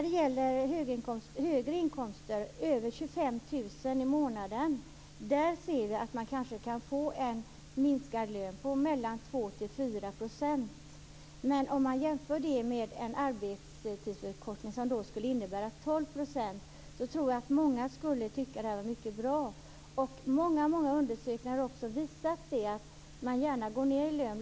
De som har inkomster över 25 000 kr i månaden kan kanske få en löneminskning på 2-4 %, men jämfört med en arbetstidsförkortning som skulle innebära 12 % tror jag att många skulle tycka att detta är mycket bra. Många undersökningar har visat att man gärna går ned i lön.